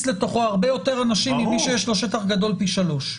לתוכו הרבה יותר אנשים ממי שיש לו שטח פי שלוש,